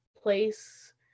place